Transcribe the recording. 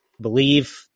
believe